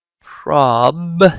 prob